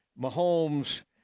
Mahomes –